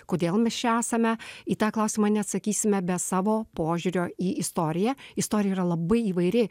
kodėl mes čia esame į tą klausimą neatsakysime be savo požiūrio į istoriją istorija yra labai įvairi